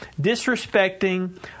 disrespecting